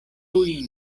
tuj